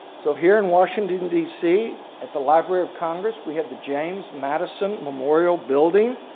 so here in washington dc at the library of congress we have the james madison memorial building.